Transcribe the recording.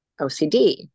OCD